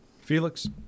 Felix